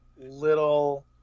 little